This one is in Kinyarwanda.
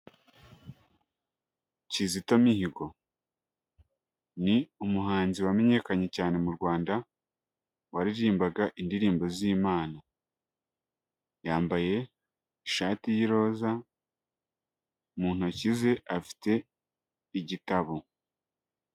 Kizito mihigo, ni umuhanzi wamenyekanye cyane mu Rwanda waririmbaga indirimbo z'Imana, yambaye ishati y'iroza, mu ntoki ze afite igitabo.